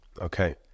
Okay